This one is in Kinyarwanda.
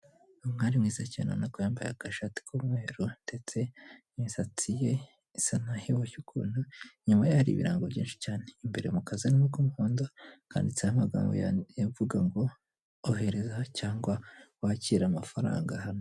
Umwari mwiza cyane ubona ko yambaye agashati k'umweru ndetse n'imisatsi ye isa n'aho iboshye ukuntu, inyuma ye hari ibirango byinshi cyane, imbere mu kazu arimo ku muhondo handitseho amagambo avuga ngo ohereza cyangwa wakire amafaranga hano.